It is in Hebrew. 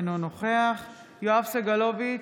אינו נוכח יואב סגלוביץ'